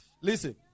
Listen